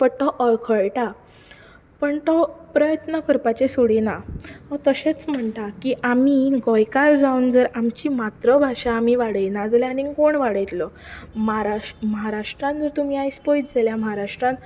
but तो अडकळटा पण तो प्रयत्न करपाचें सोडिना हांव तशेंच म्हणटा की आमी गोंयकार जावन जर आमची मातृभाशा आमी वाडयना जाल्यार आनीक कोण वाडयतलो म्हाराष्ट्र म्हाराष्ट्रांत तुमी आयज पयत जाल्यार म्हाराष्ट्रांत